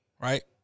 Right